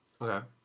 Okay